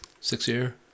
Six-year